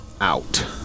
out